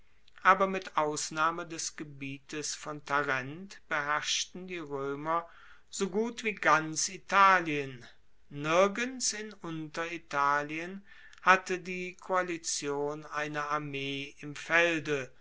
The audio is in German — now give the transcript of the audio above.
aber mit ausnahme des gebietes von tarent beherrschten die roemer so gut wie ganz italien nirgends in unteritalien hatte die koalition eine armee im felde